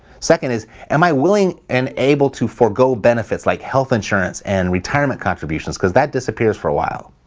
second is, am i willing and able to forego benefits, like health insurance, and retirement contributions, because that disappears for a while.